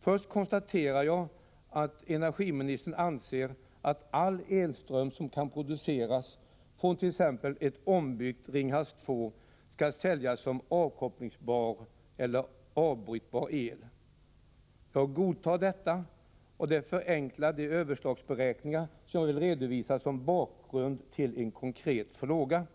Först konstaterar jag att energiministern anser att all elström som kan produceras från t.ex. ett ombyggt Ringhals 2 skall säljas som avkopplingsbar eller avbrytbar el. Jag godtar detta, och det förenklar de överslagsberäkningar som jag vill redovisa som bakgrund till en konkret fråga.